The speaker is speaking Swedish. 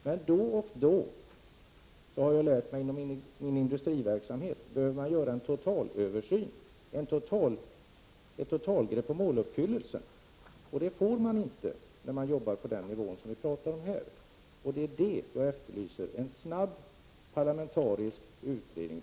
Men då och då, det har jag lärt mig inom min industriverksamhet, behöver man göra en totalöversyn, få ett totalgrepp om måluppfyllelsen. Det får man inte när man arbetar på den nivå som vi talar om här. Det är det jag efterlyser: en snabb parlamentarisk utredning.